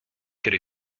could